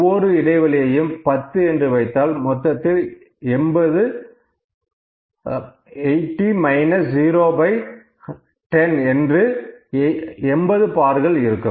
ஒவ்வொரு இடைவெளியையும் 10 என்று வைத்தால் மொத்தத்தில் அங்கு 800 010 என்று 80 பார்கள் இருக்கும்